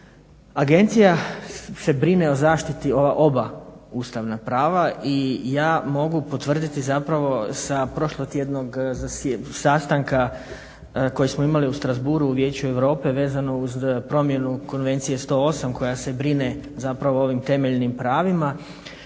agencija se brine o zaštiti oba ustavna prava i ja mogu potvrditi zapravo sa prošlotjednog sastanka koji smo imali u Strassburgu u Vijeću europe, vezano uz promjenu Konvencije 108 koja se brine zapravo o ovim temeljnim pravima.